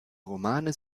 romane